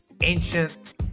ancient